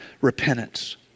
repentance